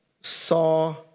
saw